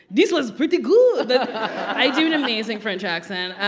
this was pretty good i do an amazing french accent